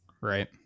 Right